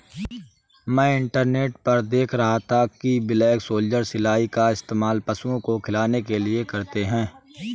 मैं इंटरनेट पर देख रहा था कि ब्लैक सोल्जर सिलाई का इस्तेमाल पशुओं को खिलाने के लिए करते हैं